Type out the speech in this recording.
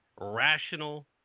Rational